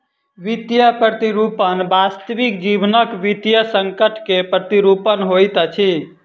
वित्तीय प्रतिरूपण वास्तविक जीवनक वित्तीय संकट के प्रतिरूपण होइत अछि